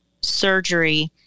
surgery